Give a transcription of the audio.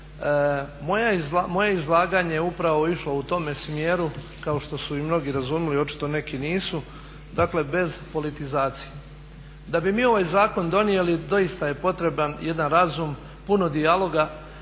moje izlaganje je upravo išlo u tome smjeru kao što su i mnogi razumjeli, očito neki nisu, dakle bez politizacije. Da bi mi ovaj zakon donijeli doista je potreban jedan razum, puno dijaloga